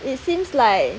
it seems like